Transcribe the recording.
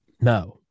No